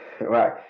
right